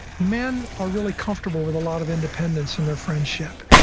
men are really comfortable with a lot of independence in their friendship.